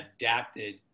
adapted